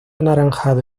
anaranjado